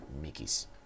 Mickey's